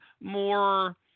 more